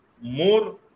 more